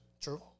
true